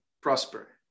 prosper